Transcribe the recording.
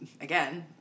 again